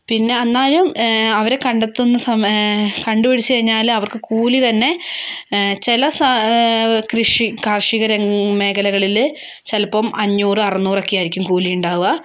പിന്നെ അന്നാലും അവരെ കണ്ടെത്തുന്ന കണ്ടുപിടിച്ച് കഴിഞ്ഞാല് അവർക്ക് കൂലിതന്നെ ചില കൃഷി കാർഷിക മേഖലകളില് ചിലപ്പം അഞ്ഞൂറ് അറന്നൂറൊക്കെ ആയിരിക്കും കൂലിയുണ്ടാവാ